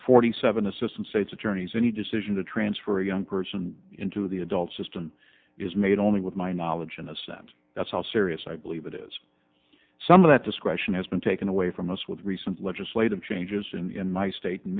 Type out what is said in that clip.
forty seven assistant states attorneys any decision to transfer a young person into the adult system is made only with my knowledge in a sense that's how serious i believe it is some of that discretion has been taken away from us with recent legislative changes in my state and